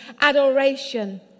adoration